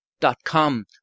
dot-com